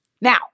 Now